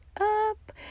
up